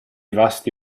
vasti